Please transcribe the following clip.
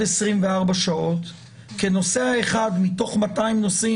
24 שעות כי נוסע אחד מתוך 200 נוסעים,